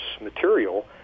material